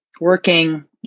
working